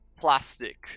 plastic